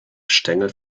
stängel